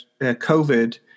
COVID